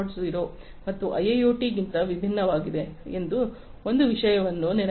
0 ಮತ್ತು ಐಐಒಟಿ ಗಿಂತ ಭಿನ್ನವಾಗಿವೆ ಎಂದು ಒಂದು ವಿಷಯವನ್ನು ನೆನಪಿಡಿ